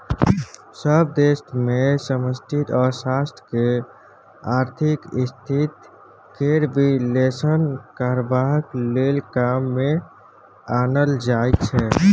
सभ देश मे समष्टि अर्थशास्त्र केँ आर्थिक स्थिति केर बिश्लेषण करबाक लेल काम मे आनल जाइ छै